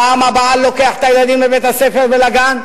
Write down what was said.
פעם הבעל לוקח את הילדים לבית-הספר ולגן,